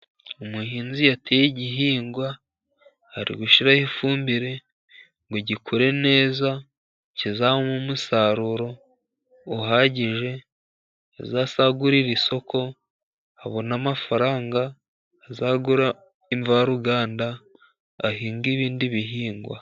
Umuhinzi yateye igihingwa ari gushyiraho ifumbire ngo gikure neza, kizamuhe umusaruro uhagije, azasagurire isoko abone amafaranga, azagure imvaruganda ahinge ibindi bihingwa.